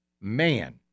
Man